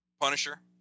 Punisher